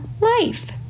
life